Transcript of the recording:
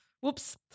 Whoops